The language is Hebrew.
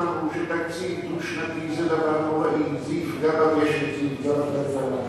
שתקציב דו-שנתי זה דבר נוראי וזה יפגע במשק וזה יפגע בכלכלה,